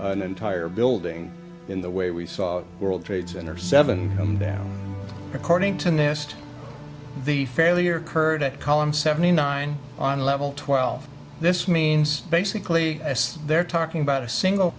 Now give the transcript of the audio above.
an entire building in the way we saw world trade center seven come down according to nasa the failure occurred at column seventy nine on level twelve this means basically they're talking about a single